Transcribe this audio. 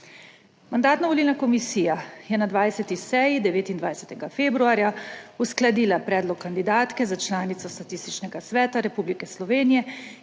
Mandatno-volilna komisija je na 20. seji 29. februarja uskladila predlog kandidatke za članico Statističnega sveta Republike Slovenije